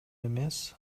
эмес